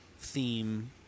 theme